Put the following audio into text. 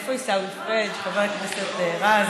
איפה עיסאווי פריג' חבר הכנסת רז,